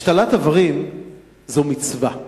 השתלת איברים זו מצווה.